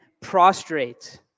prostrate